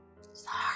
Sorry